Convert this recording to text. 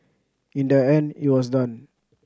in the end it was done